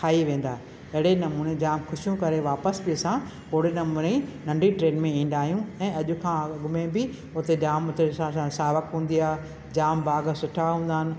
खाई वेंदा अहिड़े नमूने जाम ख़ुशियूं करे वापसि पैसा ओड़े नमूने ई नंढी ट्रेन में ईंदा आहियूं ऐं अॼु खां अॻु में बि उते जाम उते सावक हूंदी आहे जाम बाघ सुठा हूंदा आहिनि